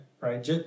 right